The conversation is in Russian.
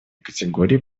категории